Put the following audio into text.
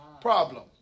problem